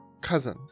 cousin